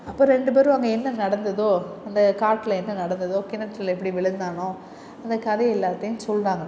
அப்போ ரெண்டு பேரும் அங்கே என்ன நடந்ததோ அந்த காட்டில் என்ன நடந்ததோ கிணற்றில் எப்படி விழுந்தானோ அந்த கதை எல்லாத்தையும் சொல்லுறாங்க